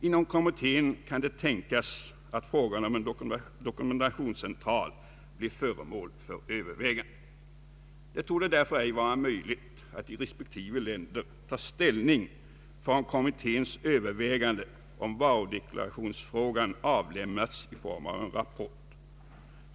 Inom kommittén kan det tänkas att frågan om en dokumentationscentral blir föremål för övervägande. Det torde därför ej vara möjligt att i respektive länder ta ställning förrän kommitténs överväganden om varudeklarationsfrågan avlämnats i form av en rapport.